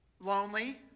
lonely